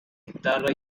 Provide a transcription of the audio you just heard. guitarra